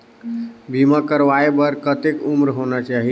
बीमा करवाय बार कतेक उम्र होना चाही?